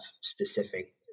specific